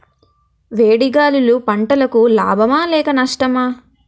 వేడి గాలులు పంటలకు లాభమా లేక నష్టమా?